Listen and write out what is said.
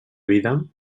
vida